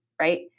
right